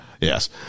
yes